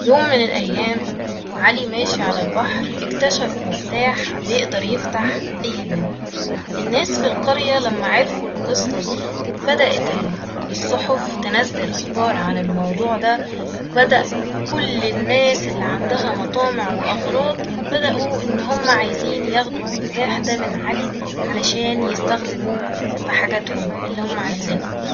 ف يوم من الأيام وعلي ماشي على البحر اكتشف مفتاح بيقدر يفتح أي باب ، الناس ف القرية لما عرفو القصة دي بدأت ال- الصحف تنزل أخبار عن الموضوع ده وبدأ كل الناس اللي عندها مطامع وأغراض بدأو إن هم عايزين ياخدو المفتاح ده من علي علشان يستخدموه ف حاجاتهم اللي هم عايزينها